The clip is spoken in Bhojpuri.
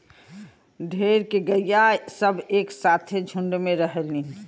ढेर के गइया सब एक साथे झुण्ड में रहलीन